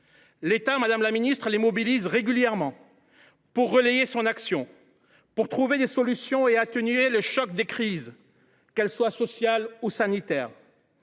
L’État, madame la ministre, les mobilise régulièrement pour relayer son action, trouver des solutions et atténuer le choc des crises, qu’elles soient sociales ou sanitaires.